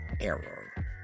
error